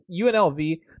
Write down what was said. UNLV